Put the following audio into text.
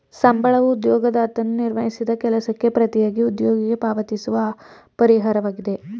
ಸಂಬಳವೂ ಉದ್ಯೋಗದಾತನು ನಿರ್ವಹಿಸಿದ ಕೆಲಸಕ್ಕೆ ಪ್ರತಿಯಾಗಿ ಉದ್ಯೋಗಿಗೆ ಪಾವತಿಸುವ ಪರಿಹಾರವಾಗಿದೆ